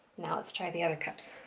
now let's try the other cups.